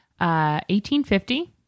1850